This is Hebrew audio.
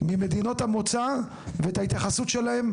את מדינות המוצא ואת ההתייחסות של הממ״מ,